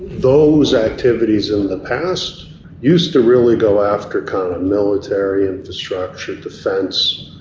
those activities in the past used to really go after kind of military infrastructure, defence,